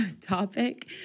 topic